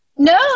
No